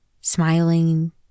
Smiling